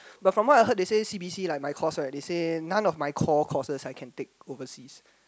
but from what I heard they said C_B_C like my course right they say none of my core courses I can take overseas